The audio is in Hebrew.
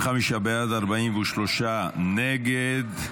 25 בעד, 43 נגד.